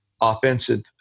offensive